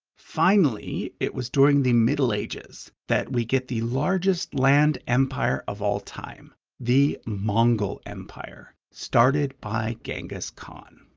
finally, it was during the middle ages that we get the largest land empire of all time the mongol empire started by genghis khan.